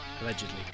Allegedly